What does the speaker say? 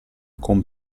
con